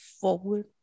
forward